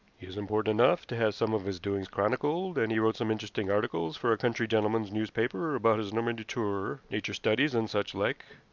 he is important enough to have some of his doings chronicled, and he wrote some interesting articles for a country gentlemen's newspaper about his normandy tour nature studies, and such like.